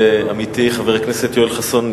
עמיתי חבר הכנסת יואל חסון,